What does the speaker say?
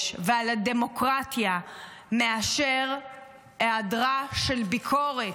ועל הדמוקרטיה מאשר היעדרה של ביקורת.